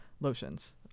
lotions